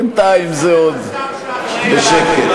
בינתיים זה עוד בשקט.